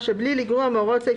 צריך לחשוב עליה.